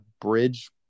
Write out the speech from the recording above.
bridge